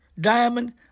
Diamond